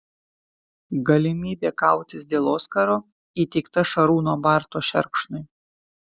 galimybė kautis dėl oskaro įteikta šarūno barto šerkšnui